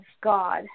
God